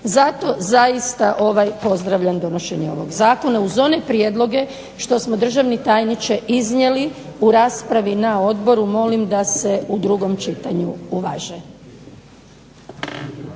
Zato zaista pozdravljam donošenje ovog zakona, uz one prijedloge što smo državni tajniče iznijeli u raspravi na odboru molim da se u drugom čitanju uvaže.